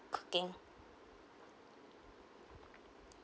cooking